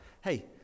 hey